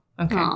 okay